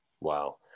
Wow